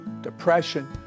depression